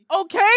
okay